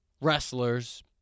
wrestlers